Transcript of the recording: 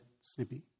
snippy